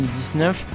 2019